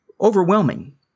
overwhelming